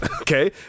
Okay